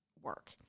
work